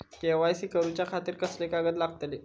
KYC करूच्या खातिर कसले कागद लागतले?